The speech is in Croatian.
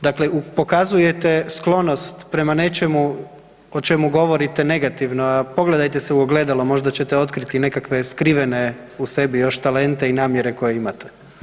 Dakle pokazujete sklonost prema nečemu o čemu govorite negativno, a pogledajte se u ogledalo, možda ćete otkriti nekakve skrivene u sebi još talente i namjere koje imate.